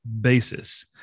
basis